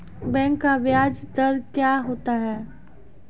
Bank का ब्याज दर क्या होता हैं?